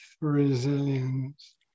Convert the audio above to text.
resilience